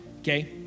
okay